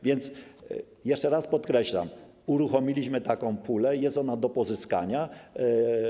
Więc, jeszcze raz podkreślam, uruchomiliśmy taką pulę i jest ona do pozyskania.